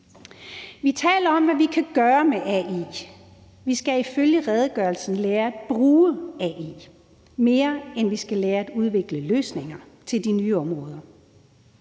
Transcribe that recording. Vi taler om, hvad vi kan gøre med AI. Vi skal ifølge redegørelsen lære at bruge AI, mere end at vi skal lære at udvikle løsninger til de nye områder.